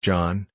John